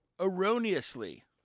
erroneously